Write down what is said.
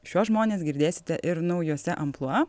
šiuos žmones girdėsite ir naujuose amplua